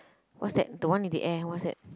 what's that the one in the air what's that